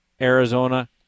Arizona